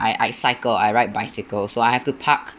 I I cycle I ride bicycle so I have to park